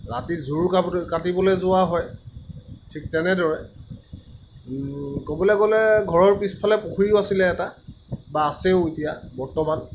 ৰাতি জুৰ কাবলে কাটিবলৈ যোৱা হয় ঠিক তেনেদৰে ক'বলৈ গ'লে ঘৰৰ পিছফালে পুখুৰীও আছিলে এটা বা আছেও এতিয়া বৰ্তমান